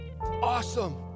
Awesome